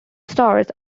stars